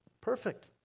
Perfect